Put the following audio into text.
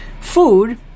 Food